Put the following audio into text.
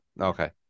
Okay